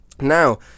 Now